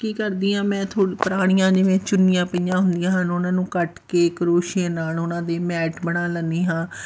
ਕੀ ਕਰਦੀ ਹਾਂ ਮੈਂ ਥੋ ਪੁਰਾਣੀਆਂ ਜਿਵੇਂ ਚੁੰਨੀਆਂ ਪਈਆਂ ਹੁੰਦੀਆਂ ਹਨ ਉਹਨਾਂ ਨੂੰ ਕੱਟ ਕੇ ਕਰੋਸ਼ੀਏ ਨਾਲ ਉਹਨਾਂ ਦੇ ਮੈਟ ਬਣਾ ਲੈਂਦੀ ਹਾਂ